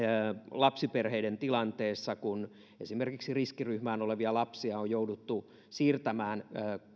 lapsiperheiden tilanteessa kun esimerkiksi riskiryhmään kuuluvia lapsia on jouduttu siirtämään